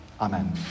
Amen